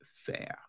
fair